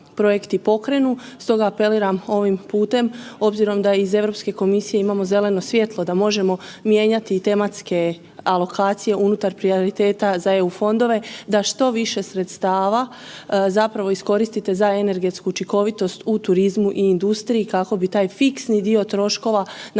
Stoga apeliram ovim putem obzirom da iz Europske komisije imamo zeleno svjetlo da možemo mijenjati tematske alokacije unutar prioriteta za EU fondove da što više sredstava zapravo iskoristite za energetsku učinkovitost u turizmu i industriji kako bi taj fiksni dio troškova našim